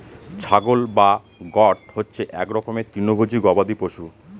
ছাগল বা গোট হচ্ছে এক রকমের তৃণভোজী গবাদি পশু